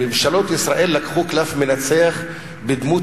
לממשלות ישראל לקחו קלף מנצח בדמות